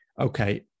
okay